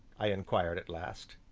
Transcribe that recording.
i inquired at last.